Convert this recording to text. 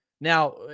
Now